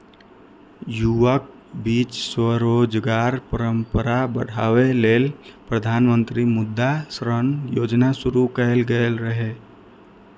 युवाक बीच स्वरोजगारक परंपरा बढ़ाबै लेल प्रधानमंत्री मुद्रा ऋण योजना शुरू कैल गेल रहै